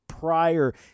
prior